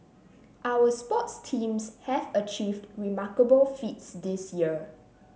our sports teams have achieved remarkable feats this year